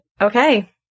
Okay